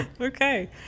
okay